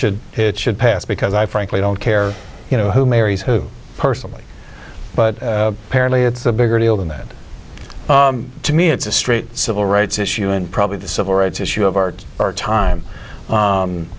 should it should pass because i frankly don't care you know who marries who personally but apparently it's a bigger deal than that to me it's a straight civil rights issue and probably the civil rights issue of our time